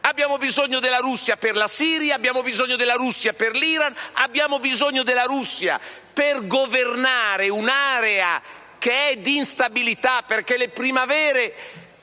abbiamo bisogno della Russia per la Siria, abbiamo bisogno della Russia per l'Iran, abbiamo bisogno della Russia per governare un'area che è di instabilità, perché le primavere